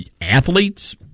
athletes